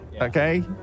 Okay